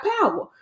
power